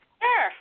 Sure